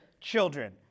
children